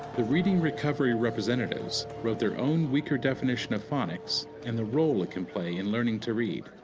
the reading recovery representatives wrote their own weaker definition of phonics and the role it can play in learning to read.